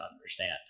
understand